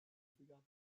forgot